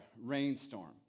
rainstorm